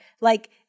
Like-